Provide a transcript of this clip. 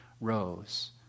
rose